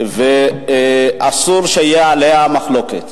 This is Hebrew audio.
ואסור שתהיה עליה מחלוקת.